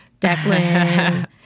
Declan